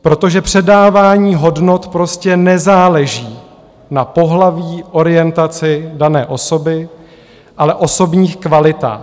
Protože předávání hodnot prostě nezáleží na pohlaví, orientaci dané osoby, ale na osobních kvalitách.